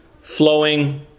flowing